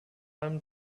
allem